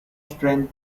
strength